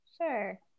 Sure